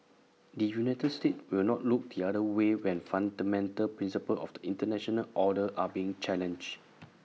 the united states will not look the other way when fundamental principles of the International order are being challenged